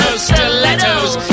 stilettos